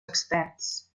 experts